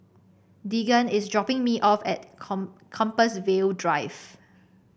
Deegan is dropping me off at Compassvale Drive